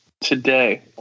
today